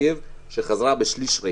הטיסה היחידה הייתה מקייב שחזרה ריקה בשליש.